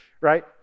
right